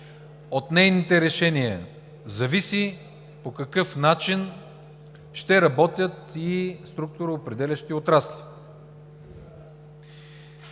от нейните решения зависи по какъв начин ще работят и структуроопределящите отрасли.